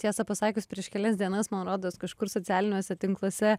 tiesą pasakius prieš kelias dienas man rodos kažkur socialiniuose tinkluose